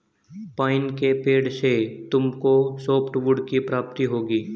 pine के पेड़ से तुमको सॉफ्टवुड की प्राप्ति होगी